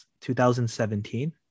2017